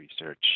research